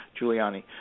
Giuliani